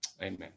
Amen